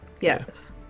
Yes